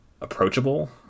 approachable